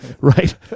Right